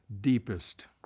deepest